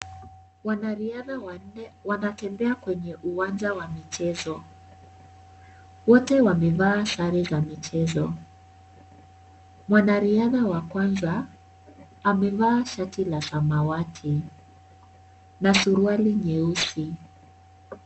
Wanariadha wanne wanatembea kwenye uwanja wa michezo wote wamevaa sare za michezo ,mwanariadha wa kwanza amevaa shati la samawati na suruari nyeusi.